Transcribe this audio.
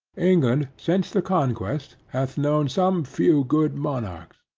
england, since the conquest, hath known some few good monarchs,